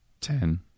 Ten